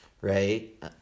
right